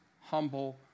humble